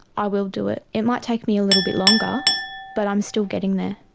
i will do it. it might take me a little bit longer but i'm still getting there.